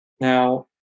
Now